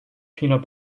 peanut